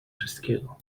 wszystkiego